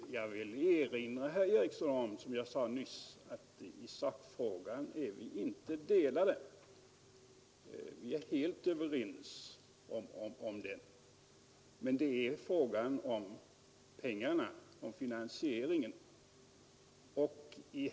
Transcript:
Herr talman! Jag vill erinra herr Eriksson om vad jag sade nyss: i sakfrågan är vi helt överens. Det är i fråga om pengarna, finansieringen, som vi har delade meningar.